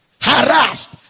harassed